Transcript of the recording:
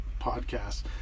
podcast